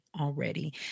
already